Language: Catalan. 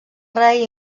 rei